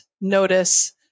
notice